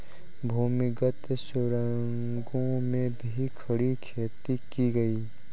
भूमिगत सुरंगों में भी खड़ी खेती की गई